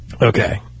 Okay